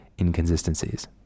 inconsistencies